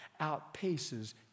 outpaces